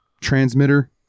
transmitter